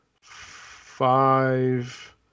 five